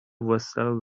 vessel